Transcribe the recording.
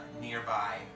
nearby